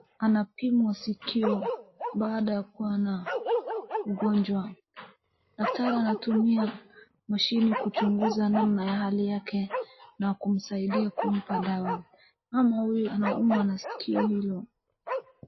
Anapimwa sikio baada ya kuwa na ugonjwa. Daktari anatumia mashini kuchunguza namna ya hali yake na kumsaidia kumpa dawa. Mama huyu anaumwa na sikio hilo.